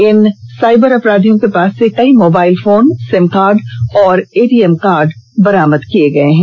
इन cyber अपराधियों के पास र्से कई मोबाइल फोन सिमकार्ड और एटीएम कॉर्ड बरामद किए गए हैं